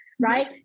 Right